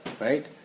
right